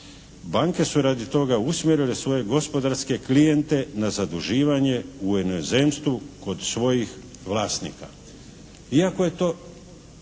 Banke su radi toga usmjerile svoje gospodarske klijente na zaduživanje u inozemstvu kod svojih vlasnika. Iako je to